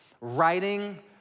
writing